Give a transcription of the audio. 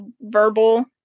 verbal